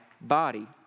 body